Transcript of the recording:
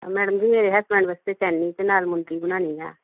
ਅ madam ji ਮੇਰੇ husband ਵਾਸਤੇ ਚੈਨੀ ਅਤੇ ਨਾਲ ਮੁੰਦਰੀ ਬਣਾਉਣੀ ਆ